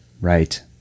right